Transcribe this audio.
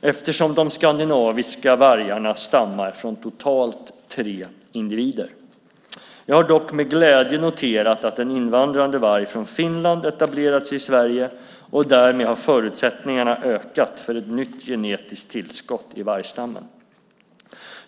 eftersom de skandinaviska vargarna stammar från totalt tre individer. Jag har dock med glädje noterat att en invandrande varg från Finland etablerat sig i Sverige. Därmed har förutsättningarna ökat för ett nytt genetiskt tillskott till vargstammen.